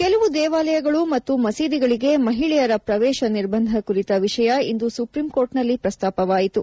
ಕೆಲವು ದೇವಾಲಯಗಳು ಮತ್ತು ಮಸೀದಿಗಳಿಗೆ ಮಹಿಳೆಯರ ಪ್ರವೇಶ ನಿರ್ಬಂಧ ಕುರಿತ ವಿಷಯ ಇಂದು ಸುಪ್ರೀಂಕೋರ್ಟ್ನಲ್ಲಿ ಪ್ರಸ್ತಾಪವಾಯಿತು